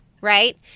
right